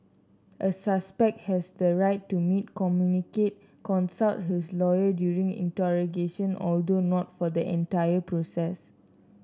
a suspect has the right to meet communicate consult his lawyer during interrogation although not for the entire process